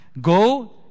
Go